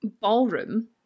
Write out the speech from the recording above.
ballroom